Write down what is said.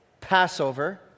Passover